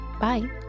Bye